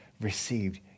received